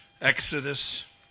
Exodus